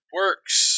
works